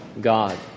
God